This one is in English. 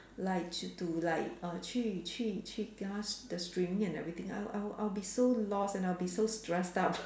like to like uh 去去去 just the streaming and everything I'll I'll I'll be so lost and I'll be so stressed up